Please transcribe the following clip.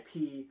IP